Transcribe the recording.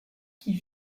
qui